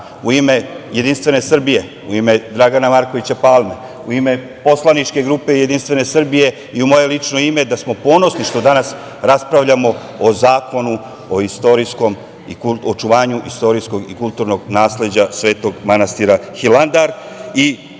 u ime Jedinstvene Srbije, u ime Dragana Markovića Palme, u ime poslaničke grupe JS i u moje lično ime, da smo ponosni što danas raspravljamo o zakonu o očuvanju istorijskog i kulturnog nasleđa Svetog manastira Hilandar.